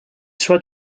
soit